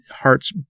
heart's